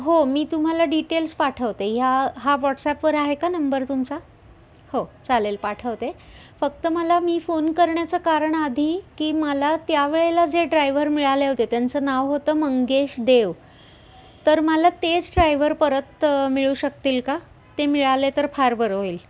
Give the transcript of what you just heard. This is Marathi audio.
हो मी तुम्हाला डिटेल्स पाठवते ह्या हा व्हॉट्सॲपवर आहे का नंबर तुमचा हो चालेल पाठवते फक्त मला मी फोन करण्याचं कारण आधी की मला त्या वेळेला जे ड्रायव्हर मिळाले होते त्यांचं नाव होतं मंगेश देव तर मला तेच ड्रायव्हर परत मिळू शकतील का ते मिळाले तर फार बरं होईल